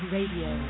Radio